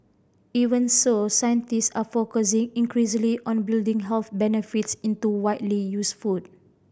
even so scientists are focusing increasingly on building health benefits into widely used food